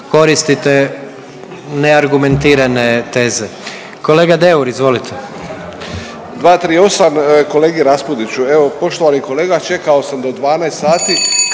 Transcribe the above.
koristite neargumentirane teze. Kolega Deur, izvolite. **Deur, Ante (HDZ)** 238., kolegi Raspudiću, evo poštovani kolega čekao sam do 12 sati